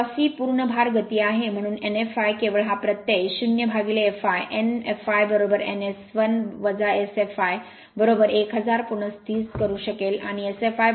आता c पूर्ण भार गती आहे म्हणून n fl केवळ हा प्रत्यय 0fl n fln S1 Sfl1000 पुनर्स्थित करू शकेल आणि Sfl 0